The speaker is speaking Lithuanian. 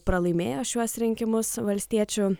pralaimėjo šiuos rinkimus valstiečių